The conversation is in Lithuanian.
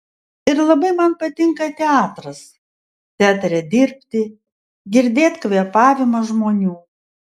ir labai man patinka teatras teatre dirbti girdėt kvėpavimą žmonių